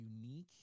unique